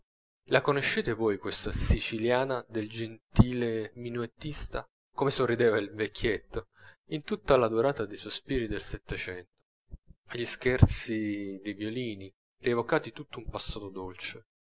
la conoscete voi questa siciliana del gentile minuettista come sorrideva il vecchietto in tutta la durata dei sospiri del settecento agli scherzi dei violini rievocanti tutto un passato dolce